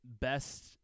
best